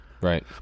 Right